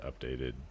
updated